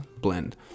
blend